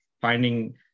finding